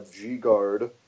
G-Guard